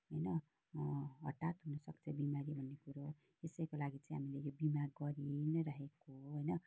होइन हठात् हुनसक्छ बिमारी भन्ने कुरो त्यसैको लागि चाहिँ हामीले यो बिमा गरी नै राखेको हो होइन